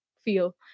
feel